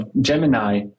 Gemini